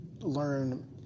learn